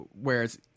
Whereas